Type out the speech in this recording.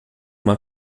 uma